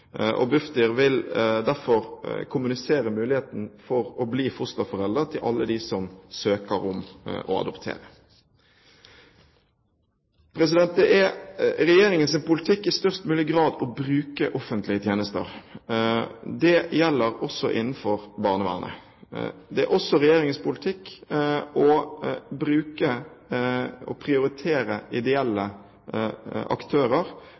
vil derfor kommunisere muligheten for å bli fosterforelder til alle dem som søker om å adoptere. Det er Regjeringens politikk i størst mulig grad å bruke offentlige tjenester. Dette gjelder også innenfor barnevernet. Det er også Regjeringens politikk å prioritere ideelle aktører,